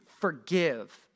forgive